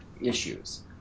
issues